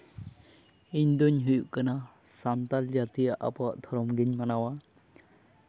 ᱤᱧ ᱫᱩᱧ ᱦᱩᱭᱩᱜ ᱠᱟᱱᱟ ᱥᱟᱱᱛᱟᱲ ᱡᱟᱹᱛᱤᱭᱟᱜ ᱟᱵᱚᱣᱟᱜ ᱫᱷᱚᱨᱚᱢᱜᱤᱧ ᱢᱟᱱᱟᱣᱟ